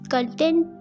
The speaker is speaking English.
Content